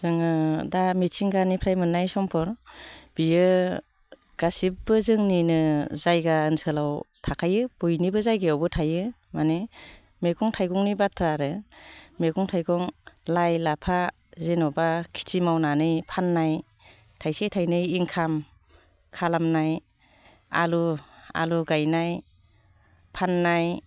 जोङो दा मिथिंगानिफ्राय मोननाय सम्फद बेयो गासिबो जोंनिनो जायगा ओनसोलाव थाखायो बयनिबो जायगायाव थायो माने मैगं थाइगंनि बाथ्रा आरो मैगं थाइगं लाइ लाफा जेन'बा खिथि मावनानै फाननाय थाइसे थाइनै इनकाम खालामनाय आलु आलु गायनाय फाननाय